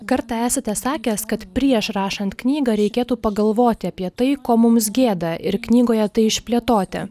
kartą esate sakęs kad prieš rašant knygą reikėtų pagalvoti apie tai ko mums gėda ir knygoje tai išplėtoti